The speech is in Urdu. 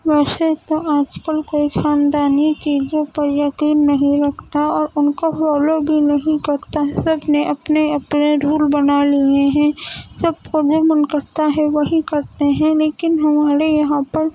ویسے تو آج کل کوئی خاندانی چیزوں پر یقین نہیں رکھتا اور اُن کو فالو بھی نہیں کرتا سب نے اپنے اپنے رول بنا لیے ہیں سب کو جو من کرتا ہے وہی کرتے ہیں لیکن ہمارے یہاں پر